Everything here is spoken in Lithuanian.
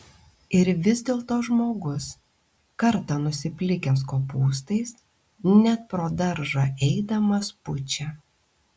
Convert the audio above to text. ir vis dėlto žmogus kartą nusiplikęs kopūstais net pro daržą eidamas pučia